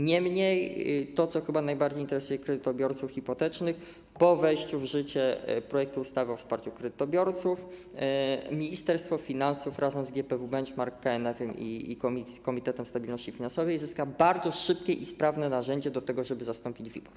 Niemniej, to co chyba najbardziej interesuje kredytobiorców hipotecznych, po wejściu w życiu projektu ustawy o wsparciu kredytobiorców Ministerstwo Finansów razem z GPW Benchmark, KNF-em i Komitetem Stabilności Finansowej zyska bardzo szybkie i sprawne narzędzie do tego, żeby zastąpić WIBOR.